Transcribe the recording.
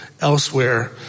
elsewhere